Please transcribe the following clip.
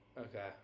Okay